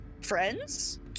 friends